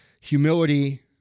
Humility